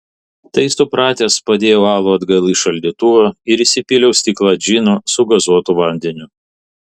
tai supratęs padėjau alų atgal į šaldytuvą ir įsipyliau stiklą džino su gazuotu vandeniu